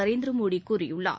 நரேந்திர மோடி கூறியுள்ளார்